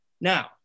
Now